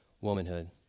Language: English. womanhood